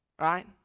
Right